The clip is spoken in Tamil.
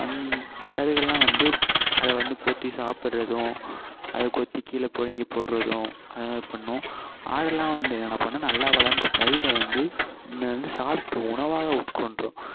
அந்த பறவைகள்லாம் வந்து அதை வந்து கொத்தி சாப்பிட்றதும் அதை கொத்தி கீழே பிடிங்கி போடுறதும் அதுமாதிரி பண்ணும் ஆடெல்லாம் வந்து என்னென்ன பண்ணும் நல்லா வளர்ந்த பயிரை வந்து இந்த வந்து சாப்பிட்ரும் உணவாக உட்கொண்டுரும்